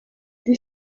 die